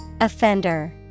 Offender